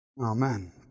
Amen